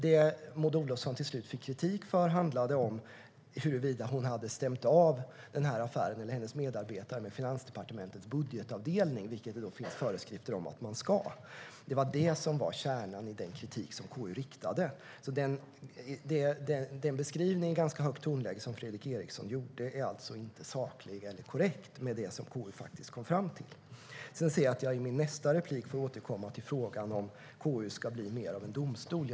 Det Maud Olofsson till slut fick kritik för handlade om huruvida hon hade stämt av affären med sina medarbetare, med Finansdepartementets budgetavdelning, vilket det finns föreskrifter om att man ska göra. Det var kärnan i den kritik som KU riktade. Den beskrivning i ganska högt tonläge som Fredrik Eriksson gjorde är alltså inte saklig eller korrekt i förhållande till vad KU faktiskt kom fram till. Jag ser att jag i min nästa replik får återkomma till frågan om KU ska bli mer av en domstol.